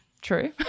True